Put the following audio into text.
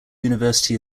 university